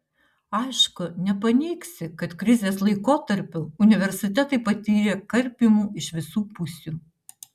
aišku nepaneigsi kad krizės laikotarpiu universitetai patyrė karpymų iš visų pusių